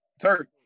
Turk